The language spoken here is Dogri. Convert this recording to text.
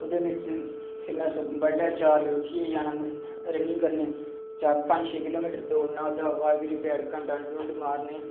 ओह्दे बिच में बडल चार बजे उट्ठियै जाना रन्निंग करने गी पंज छे किलोमिटर दौडना फ्ही बैठकां डंड छड़ मारने